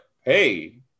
Hey